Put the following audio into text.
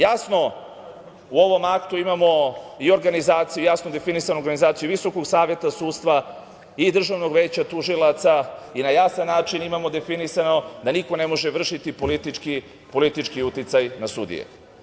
Jasno, u ovom aktu imamo i jasno definisanu organizaciju Visokog saveta sudstva i Državnog veća tužilaca i na jasan način imamo definisano da niko ne može vršiti politički uticaj na sudije.